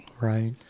Right